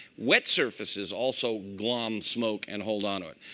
wet surfaces also glom smoke and hold on to it.